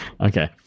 okay